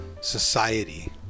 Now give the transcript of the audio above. society